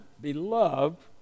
beloved